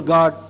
God